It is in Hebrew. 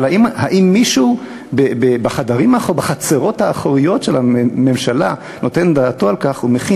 אבל האם מישהו בחצרות האחוריות של הממשלה נותן דעתו על כך ומכין